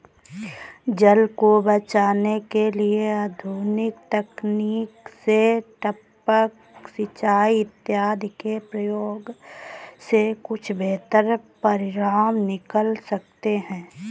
जल को बचाने के लिए आधुनिक तकनीक से टपक सिंचाई इत्यादि के प्रयोग से कुछ बेहतर परिणाम निकल सकते हैं